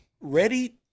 ready